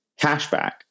cashback